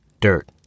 Dirt